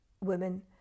women